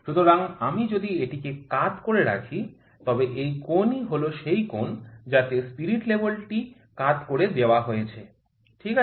সুতরাং আমি যদি এটিকে কাত করে রাখি তবে এই কোণই হল সেই কোণ যাতে স্পিরিট লেভেল টি কাত করে দেওয়া হয়েছে ঠিক আছে